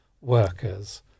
workers